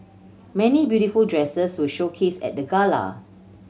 many beautiful dresses were showcased at the gala